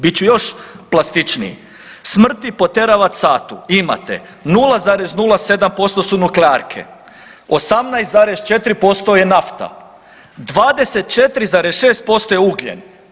Bit ću još plastičniji, smrti po Teravatsatu imate 0,07% su nuklearke, 18,4% je nafta, 24,6% je ugljen.